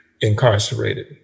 incarcerated